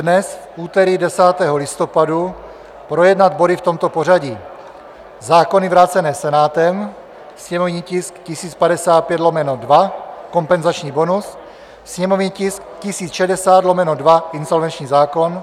Dnes, v úterý 10. listopadu, projednat body v tomto pořadí: zákony vrácené Senátem, sněmovní tisk 1055/2, kompenzační bonus; sněmovní tisk 1060/2, insolvenční zákon.